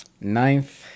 ninth